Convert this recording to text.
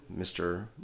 Mr